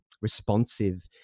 responsive